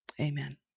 Amen